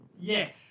Yes